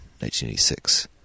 1986